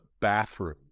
bathroom